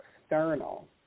external